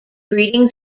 breeding